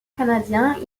canadien